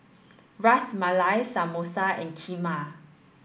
Ras Malai Samosa and Kheema